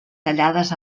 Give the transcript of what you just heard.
tallades